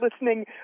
listening